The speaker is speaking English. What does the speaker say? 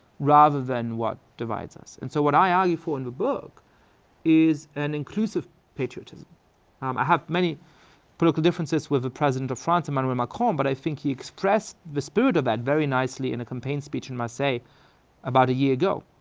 rather than what divides us. and so what i argue for in the book is an inclusive patriotism. um i have many political differences with the president of france, emmanuel macron, but i think he expressed the spirit of that very nicely in a campaign speech in marseilles about a year ago.